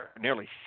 nearly